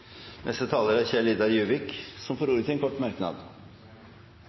Juvik har hatt ordet to ganger tidligere og får ordet til en kort merknad,